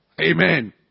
amen